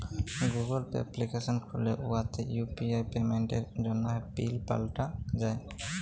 Google pay application খ্যুলে উয়াতে UPI পেমেল্টের জ্যনহে পিল পাল্টাল যায়